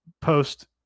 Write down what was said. post